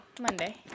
Monday